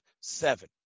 seven